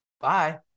Bye